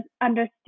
understood